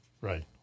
Right